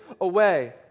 away